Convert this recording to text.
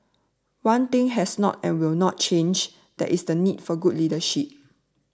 one thing has not and will not change that is the need for good leadership